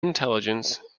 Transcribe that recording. intelligence